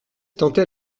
tentait